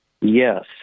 Yes